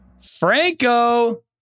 Franco